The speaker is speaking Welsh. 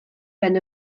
ben